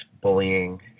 bullying